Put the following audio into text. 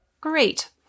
Great